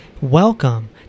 Welcome